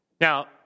Now